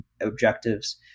objectives